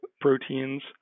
proteins